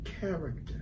character